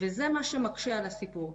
וזה מה שמקשה על הסיפור.